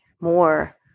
more